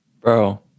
bro